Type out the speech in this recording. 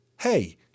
hey